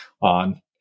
on